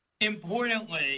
Importantly